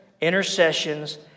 intercessions